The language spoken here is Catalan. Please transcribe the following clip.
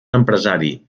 empresari